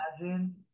imagine